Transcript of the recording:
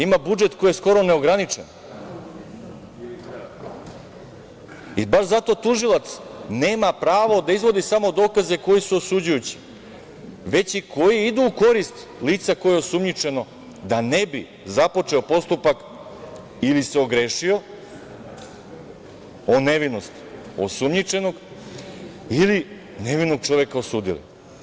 Ima budžet koji je skoro neograničen i baš zato tužilac nema pravo da izvodi samo dokaze koji su osuđujući, već i koji idu u korist lica koje je osumnjičeno da ne bi započeo postupak ili se ogrešio o nevinost osumnjičenog ili nevinog čoveka osudili.